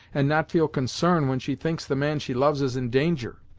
and not feel concern when she thinks the man she loves is in danger!